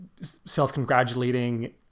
self-congratulating